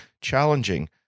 challenging